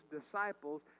disciples